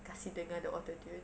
kasih dengar the autotune